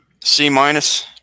C-minus